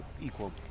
equal